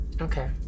Okay